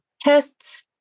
tests